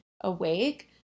awake